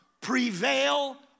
prevail